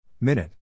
Minute